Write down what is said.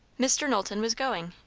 mr. knowlton was going,